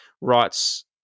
writes